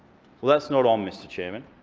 well, that's not on, mr chairman,